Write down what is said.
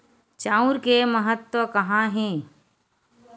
चांउर के महत्व कहां हे?